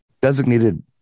designated